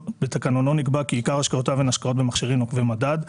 שבתקנונו נקבע כי עיקר השקעותיו הן השקעות במכשירים עוקבי מדד,